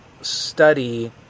study